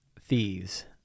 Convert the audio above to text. thieves